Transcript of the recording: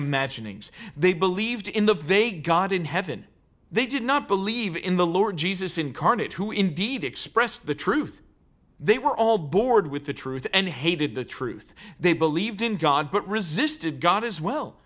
imaginings they believed in the vague god in heaven they did not believe in the lord jesus incarnate who indeed express the truth they were all bored with the truth and hated the truth they believed in god but resisted god as well